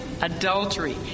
adultery